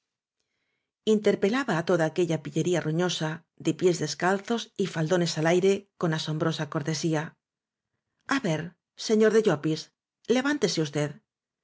interpelaba á toda aquella pillería roñosa de pies descalzos y faldones al aire con asom brosa cortesía ver señor de llopis levántese usted